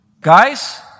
Guys